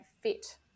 fit